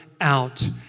out